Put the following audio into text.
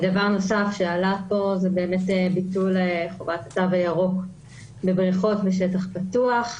דבר נוסף שעלה פה זה ביטול חובת התו הירוק לבריכות בשטח פתוח,